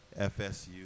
FSU